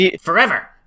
Forever